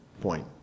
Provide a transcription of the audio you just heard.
point